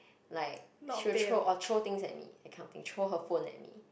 like she will throw all throw things at me that kind of thing throw her phone at me